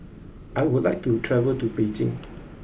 I would like to travel to Beijing